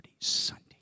Sunday